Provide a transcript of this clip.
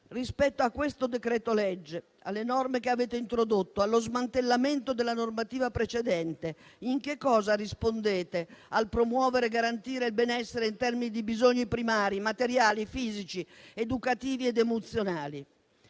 rispetto al decreto-legge in esame, alle norme che avete introdotto, allo smantellamento della normativa precedente, in che cosa rispondete al promuovere e garantire il benessere in termini di bisogni primari, materiali, fisici, educativi ed emozionali.